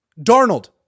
Darnold